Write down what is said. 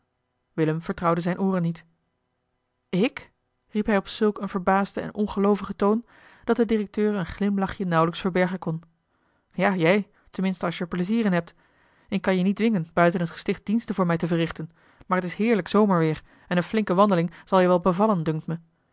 willem vertrouwde zijne ooren niet ik riep hij op zulk een verbaasden en ongeloovigen toon dat de directeur een glimlach nauwelijks verbergen kon ja jij ten minste als je er plezier in hebt ik kan je niet dwingen buiten het gesticht diensten voor mij te verrichten maar t is heerlijk zomerweer en eene flinke wandeling zal je wel bevallen dunkt me